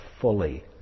fully